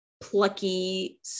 plucky